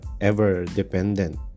ever-dependent